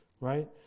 right